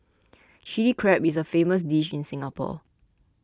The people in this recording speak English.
Chilli Crab is a famous dish in Singapore